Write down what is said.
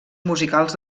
musicals